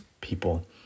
people